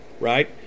right